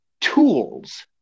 tools